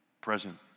present